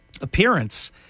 appearance